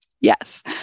Yes